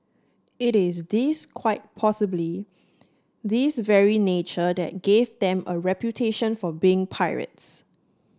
it is this quite possibly this very nature that gave them a reputation for being pirates